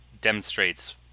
demonstrates